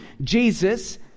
Jesus